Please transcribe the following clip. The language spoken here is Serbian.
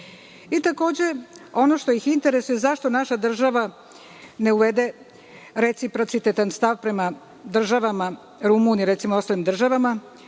ono što ih interesuje zašto naša država ne uvede reciprocitetan stav prema državama Rumunije recimo i ostalim državama